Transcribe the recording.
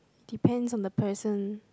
depends on the person